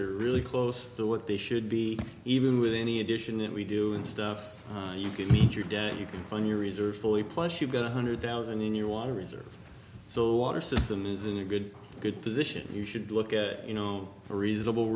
are really close to what they should be even with any addition that we do in stuff you could meet your debt you can plan your reserves fully plus you've got one hundred thousand in your water reserve so the water system is in a good good position you should look at you know a reasonable